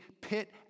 pit